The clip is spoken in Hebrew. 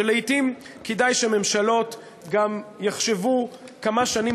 שלעתים כדאי שממשלות גם יחשבו כמה שנים